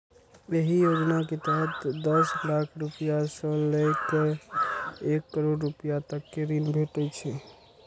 एहि योजना के तहत दस लाख रुपैया सं लए कए एक करोड़ रुपैया तक के ऋण भेटै छै